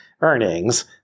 earnings